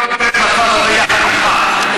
מירב עוברת לצד הזה יחד איתך.